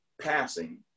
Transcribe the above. passing